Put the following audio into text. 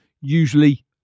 usually